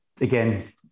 again